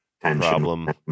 problem